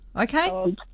Okay